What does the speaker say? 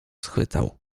schwytał